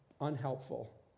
unhelpful